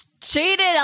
cheated